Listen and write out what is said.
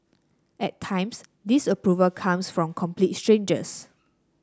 at times disapproval comes from complete strangers